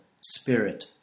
spirit